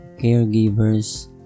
caregivers